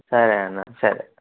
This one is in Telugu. సరే అన్నా సరే